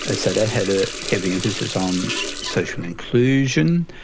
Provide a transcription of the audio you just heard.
ah so they had a heavy emphasis on social inclusion,